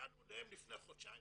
הודענו להם לפני חודשיים